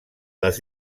les